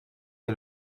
est